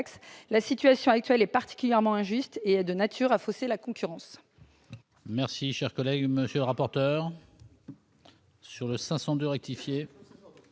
La situation actuelle est particulièrement injuste et elle est de nature à fausser la concurrence.